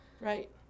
Right